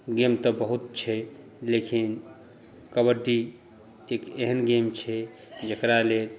game तऽ बहुत छै लेकिन कबड्डी एक एहन गेम छै जकरा लेल